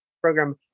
program